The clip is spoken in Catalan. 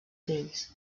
fills